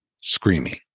screaming